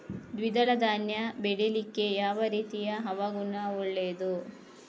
ದ್ವಿದಳ ಧಾನ್ಯ ಬೆಳೀಲಿಕ್ಕೆ ಯಾವ ರೀತಿಯ ಹವಾಗುಣ ಒಳ್ಳೆದು?